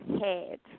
head